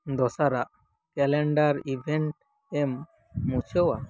ᱫᱚᱥᱟᱨᱟᱜ calendar event ᱮᱢ ᱢᱩᱪᱷᱟᱹᱣᱟ